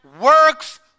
works